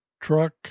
truck